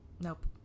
Nope